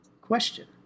question